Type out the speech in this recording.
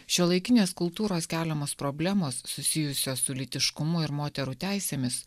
šiuolaikinės kultūros keliamos problemos susijusios su lytiškumu ir moterų teisėmis